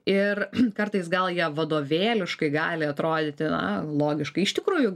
ir kartais gal jie vadovėliškai gali atrodyti na logiškai iš tikrųjų